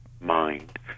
mind